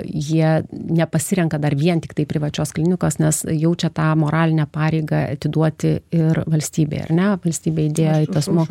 jie nepasirenka dar vien tiktai privačios klinikos nes jaučia tą moralinę pareigą atiduoti ir valstybei ar ne valstybė įdėjo į tuos mok